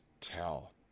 tell